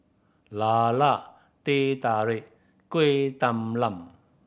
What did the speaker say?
lala Teh Tarik Kueh Talam